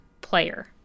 player